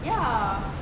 ya